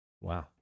Wow